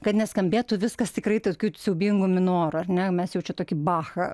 kad neskambėtų viskas tikrai tokiu siaubingu minoru ar ne mes jau čia tokį bachą